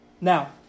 Now